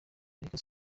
ariko